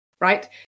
right